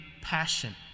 passion